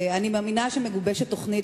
אני מאמינה שמגובשת תוכנית,